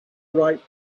right